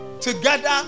together